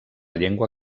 llengua